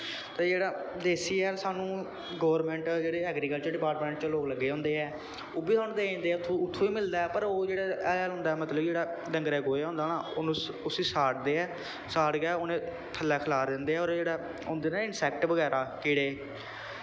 ते जेह्ड़ा देसी हैल सानू गोरमैंट जेह्ड़े ऐग्रीकल्चर डिपार्टमैंट च लोग लग्गे दे होंदे ऐ ओह् बी सानू देई जंदे ऐ उत्थूं बी मिलदा ऐ ओह् जेह्ड़ा हैल होंदा ऐ मतलब कि जेह्ड़ा डंगरें दे गोहे दा होंदा न उसी साड़दे ऐ साड़ के उ'नें थल्लै खलार दिंदे ऐ होर एह् होंदे ना इंसैक्ट बगैरा कीड़े